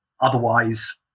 Otherwise